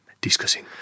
discussing